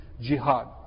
jihad